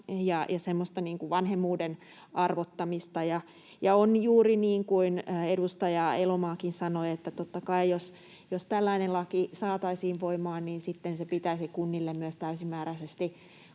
vanhemmuuden arvottamista. Ja on juuri niin kuin edustaja Elomaakin sanoi, että totta kai, jos tällainen laki saataisiin voimaan, se pitäisi kunnille myös täysimääräisesti